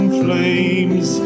flames